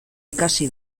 ikasi